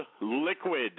Liquid